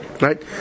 Right